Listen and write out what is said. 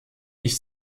ich